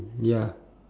ya